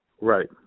Right